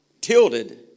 tilted